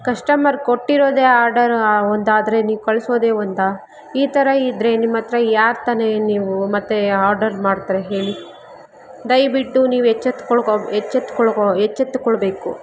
customer ಕೊಟ್ಟಿರೋದೇ order ಒಂದಾದರೆ ನೀವು ಕಳಿಸೋದೇ ಒಂದು ಈ ಥರ ಇದ್ರೆ ನಿಮ್ಮಹತ್ರ ಯಾರು ತಾನೆ ನೀವು ಮತ್ತು ಆರ್ಡರ್ ಮಾಡ್ತಾರೆ ಹೇಳಿ ದಯವಿಟ್ಟು ನೀವು ಎಚ್ಛೆತ್ತುಕೊಳ್ಕೊಳ ಎಚ್ಛೆತ್ತುಕೊಳ್ಕೊಳ ಎಚ್ಛೆತ್ತುಕೊಳ್ಬೇಕು